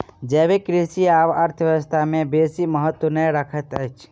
जैविक कृषि आब अर्थव्यवस्था में बेसी महत्त्व नै रखैत अछि